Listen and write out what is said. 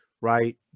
right